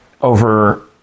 over